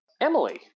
Emily